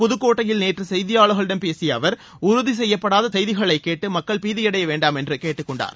புதுக்கோட்டையில் நேற்று செய்தியாளர்களிடம் பேசிய அவர் உறுதி செய்யப்படாத செய்திகளைக் கேட்டு மக்கள் பீதியடைய வேண்டாம் என்று கேட்டுக்கொண்டார்